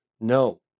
No